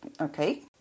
Okay